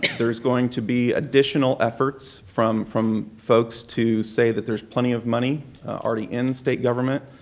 there's going to be additional efforts from from folks to say that there's plenty of money already in state government,